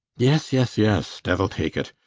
yes, yes, yes, devil take it!